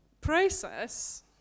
process